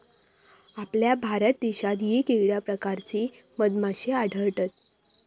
आपल्या भारत देशात येगयेगळ्या प्रकारचे मधमाश्ये आढळतत